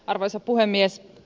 arvoisa puhemies